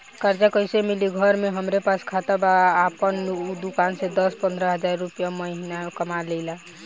कर्जा कैसे मिली घर में हमरे पास खाता बा आपन दुकानसे दस पंद्रह हज़ार रुपया महीना कमा लीला?